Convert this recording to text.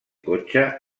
cotxe